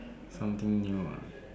something new ah